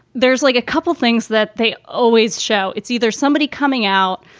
there's like a couple of things that they always show. it's either somebody coming out,